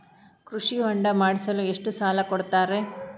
ಕೃಷಿ ಹೊಂಡ ಮಾಡಿಸಲು ಎಷ್ಟು ಸಾಲ ಕೊಡ್ತಾರೆ?